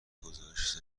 گزارش